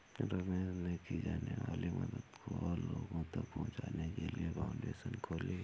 रमेश ने की जाने वाली मदद को और लोगो तक पहुचाने के लिए फाउंडेशन खोली